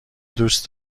دوست